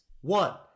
One